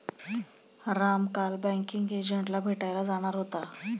राम काल बँकिंग एजंटला भेटायला जाणार होता